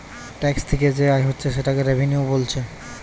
tax থিকে যে আয় হচ্ছে সেটাকে রেভিনিউ বোলছে